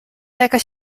jakaś